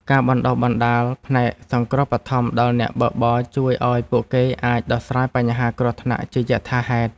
ការបណ្តុះបណ្តាលផ្នែកសង្គ្រោះបឋមដល់អ្នកបើកបរជួយឱ្យពួកគេអាចដោះស្រាយបញ្ហាគ្រោះថ្នាក់ជាយថាហេតុ។